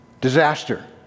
Disaster